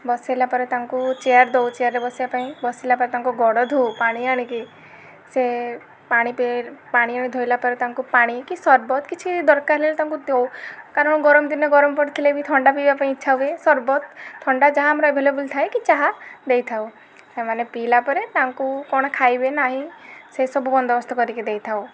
ବସାଇଲା ପରେ ତାଙ୍କୁ ଚେୟାର୍ ଦେଉ ଚେୟାର୍ରେ ବସିବା ପାଇଁ ବସିଲା ପରେ ତାଙ୍କ ଗୋଡ଼ ଧୋଉ ପାଣି ଆଣିକି ସେ ପାଣି ପାଣିରେ ଧୋଇଲା ପରେ ତାଙ୍କୁ ପାଣି କି ସର୍ବତ କିଛି ଦରକାର ହେଲେ ତାଙ୍କୁ ଦେଉ କାରଣ ଗରମ ଦିନେ ଗରମ ପଡ଼ିଥିଲେ ବି ଥଣ୍ଡା ପିଇବା ପାଇଁ ବି ଇଚ୍ଛା ହୁଏ ସର୍ବତ ଥଣ୍ଡା ଯାହା ଆମର ଆଭେଲେବଲ୍ ଥାଏ କି ଚାହା ଦେଇଥାଉ ସେମାନେ ପିଇଲା ପରେ ତାଙ୍କୁ କ'ଣ ଖାଇବେ ନାଇଁ ସେସବୁ ବନ୍ଦବୋସ୍ତ କରିକି ଦେଇଥାଉ